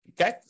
okay